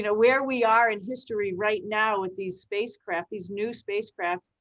and where we are in history right now with these spacecraft, these new spacecraft,